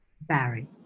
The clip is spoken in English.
Barry